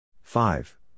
Five